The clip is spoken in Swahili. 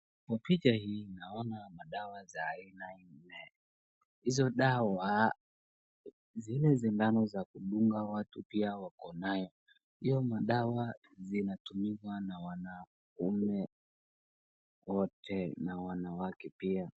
Kwa picha hii naona madawa za aina nne. Hizo dawa, ni zile sindano za kudunga, watu pia wakonayo, hizo madawa zinatumiwa na wanaume wote na wanawake pia.